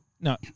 No